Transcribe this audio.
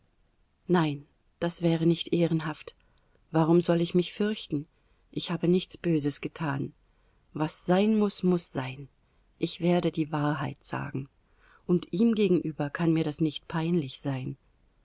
nein das wäre nicht ehrenhaft warum soll ich mich fürchten ich habe nichts böses getan was sein muß muß sein ich werde die wahrheit sagen und ihm gegenüber kann mir das nicht peinlich sein